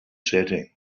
setting